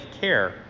care